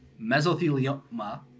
mesothelioma